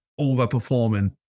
overperforming